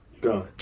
Gun